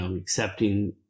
accepting